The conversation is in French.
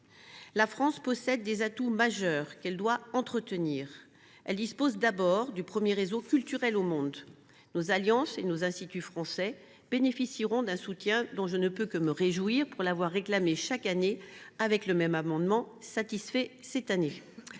La France possède des atouts majeurs qu’elle doit entretenir. Elle dispose d’abord du premier réseau culturel au monde. Nos Alliances françaises et Instituts français bénéficieront d’un soutien dont je ne puis que me réjouir après l’avoir réclamé chaque année, au travers d’un amendement similaire, qui est